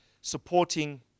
supporting